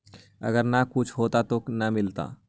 अगर न कुछ होता तो न मिलता?